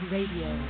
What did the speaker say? Radio